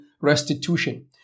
restitution